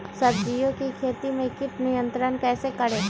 सब्जियों की खेती में कीट नियंत्रण कैसे करें?